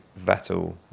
Vettel